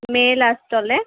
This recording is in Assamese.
মে'ৰ লাষ্টলৈ